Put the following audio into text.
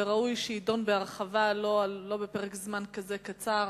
וראוי שיידון בהרחבה לא בפרק זמן כזה קצר,